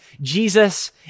Jesus